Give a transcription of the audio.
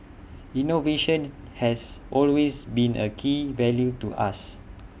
innovation has always been A key value to us